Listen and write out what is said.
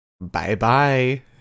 Bye-bye